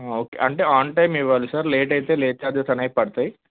okay on time ఇవ్వాలి sir late అయితే late charges అనేవి పడతాయి